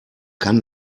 kann